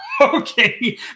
Okay